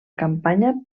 campanya